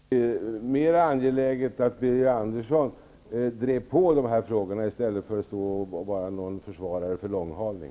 Fru talman! Det är mera angeläget att Birger Andersson driver på i dessa frågor, i stället för att försvara en långhalning.